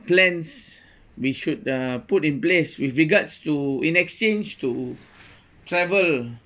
plans we should uh put in place with regards to in exchange to travel